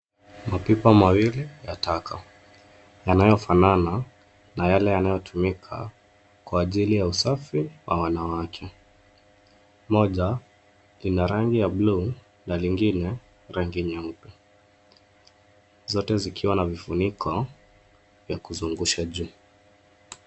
Mapipa mawili ya taka yanayofanana na yale yanayotumika kwa ajili ya usafi wa wanawake .Moja ina rangi ya buluu na lingine rangi nyeupe, zote zikiwa na vifuniko vya kuzungusha juu.